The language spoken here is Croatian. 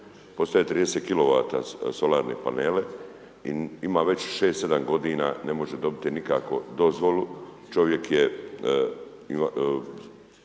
Postavio je 30 kW solarne panele i ima već 6,7 godina ne može dobiti nikako dozvolu, čovjek je